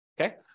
Okay